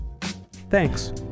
thanks